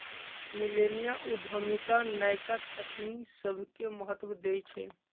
मिलेनिया उद्यमिता नयका तकनी सभके महत्व देइ छइ